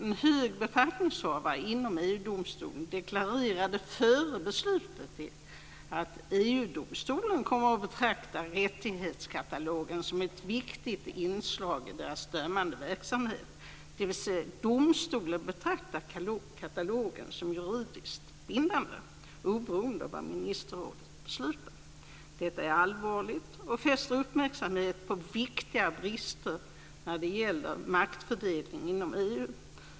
En hög befattningshavare inom EU-domstolen deklarerade före beslutet att EU domstolen kommer att betrakta rättighetskatalogen som ett viktigt inslag i dess dömande verksamhet, dvs. att domstolen betraktar katalogen som juridiskt bindande oberoende av vad ministerrådet beslutat. Detta är allvarligt och fäster uppmärksamheten på viktiga brister när det gäller maktfördelningen inom EU.